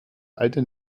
alte